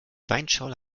weinschorle